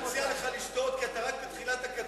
אני מציע לך לשתות, כי אתה רק בתחילת הקדנציה.